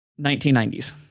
1990s